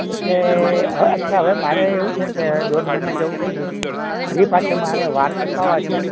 એટલે અચ્છા હવે મારે એવું છે કે દોઢ મહિના જેવું થઈ ગયું ફરી પાછા મારે વાળ કપાવવા છે